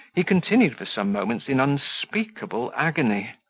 he continued for some moments in unspeakable agony.